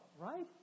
Right